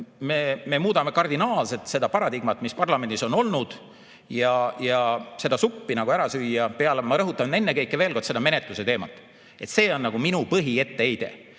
me muudame kardinaalselt seda paradigmat, mis parlamendis on olnud, ja seda suppi ära süüa peale, ma rõhutan, ennekõike veel kord seda menetluse teemat, see on minu põhietteheide.